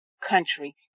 country